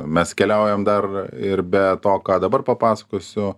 mes keliaujam dar ir be to ką dabar papasakosiu